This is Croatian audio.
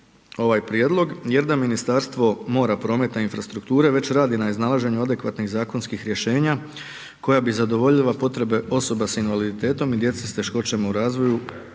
ovaj prijedlog jer da Ministarstvo mora, prometa i infrastrukture već radi na iznalaženju adekvatnih zakonskih rješenja koja bi zadovoljila potrebe osoba s invaliditetom i djece sa teškoćama u razvoju